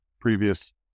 previous